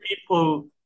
people